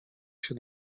się